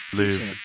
live